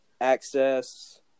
access